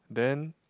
then